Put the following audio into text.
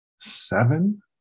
seven